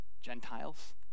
Gentiles